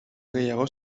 gehiago